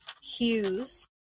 Hughes